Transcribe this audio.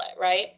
right